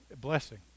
blessing